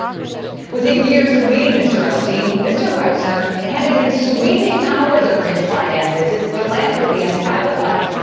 quote, within years of meeting mr epstein. mr wexner handed him sweeping powers over his finances, his philanthropy and private life,